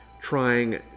trying